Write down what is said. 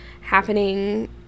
happening